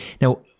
Now